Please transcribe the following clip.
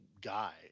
guy